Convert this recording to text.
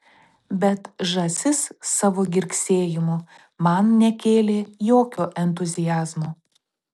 bet žąsis savo girgsėjimu man nekėlė jokio entuziazmo